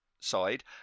side